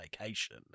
vacation